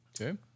Okay